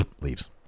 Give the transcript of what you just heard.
leaves